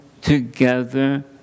together